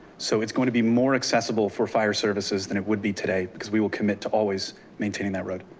so it's gonna be more accessible for fire services than it would be today, because we will commit to always maintaining that road.